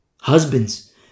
Husbands